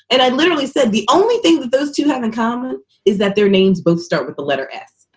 and i literally said, the only thing that those two have in common is that their names both start with the letter s.